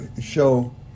show